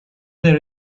their